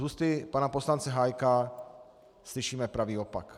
Z úst pana poslance Hájka slyšíme pravý opak.